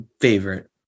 favorite